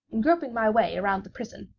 in groping my way around the prison,